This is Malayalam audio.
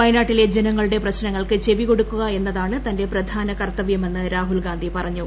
വയനാട്ടിലെ ജനങ്ങളുടെ പ്രശ്നങ്ങൾക്ക് ചെവി കൊടുക്കുക എന്നതാണ് തന്റെ പ്രധാന കർത്തവ്യമെന്ന് രാഹുൽഗാന്ധി പറഞ്ഞു